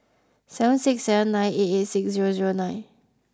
seven six seven nine eight eight six zero zero nine